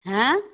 হাঁ